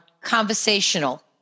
conversational